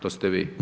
To ste vi.